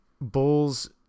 Bulls